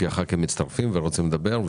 כי הח"כים מצטרפים ורוצים לדבר.